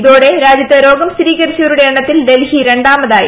ഇതോടെ രാജ്യത്ത് രോഗം സ്ഥിരീകരിച്ചവരുടെ എണ്ണത്തിൽ ഡൽഹി രണ്ടാമതായി